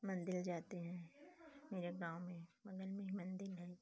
मंदिर जाते हैं मेरे गाँव में बगल में ही मंदिर है